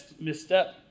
misstep